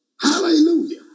Hallelujah